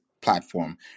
platform